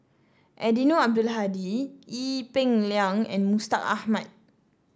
Eddino Abdul Hadi Ee Peng Liang and Mustaq Ahmad